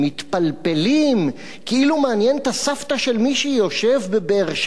מתפלפלים כאילו מעניין את הסבתא של מי שיושב בבאר-שבע